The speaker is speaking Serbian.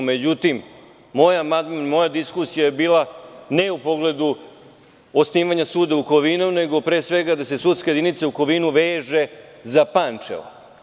Međutim, moja diskusija je bila, ne u pogledu osnivanja suda u Kovinu, nego da se sudska jedinica u Kovinu veže za Pančevo.